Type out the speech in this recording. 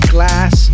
Glass